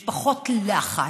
יש פחות לחץ,